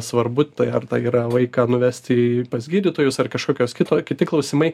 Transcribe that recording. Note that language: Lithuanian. svarbu tai ar tai yra vaiką nuvesti pas gydytojus ar kažkokios kito kiti klausimai